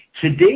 Today